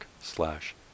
slash